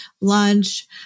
lunch